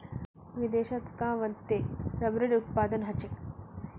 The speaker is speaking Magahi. विदेशत कां वत्ते रबरेर उत्पादन ह छेक